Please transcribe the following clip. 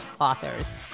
authors